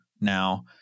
now